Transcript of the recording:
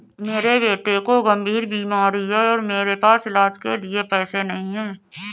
मेरे बेटे को गंभीर बीमारी है और मेरे पास इलाज के पैसे भी नहीं